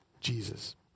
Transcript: Jesus